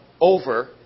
over